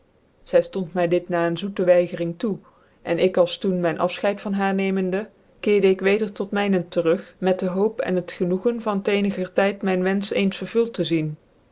zy ftont my dit na een zoete weigering toe cn ik als doen mijn affcheid van haar nemende keerde ik weder tot mijnent te rug met de hoop cn het genoegen van t'eeniger tyd mijn wenfeh vuld te zien